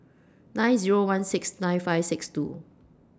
nine Zero one six nine five six two